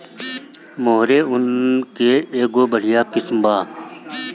मोहेर ऊन के एगो बढ़िया किस्म बा